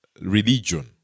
religion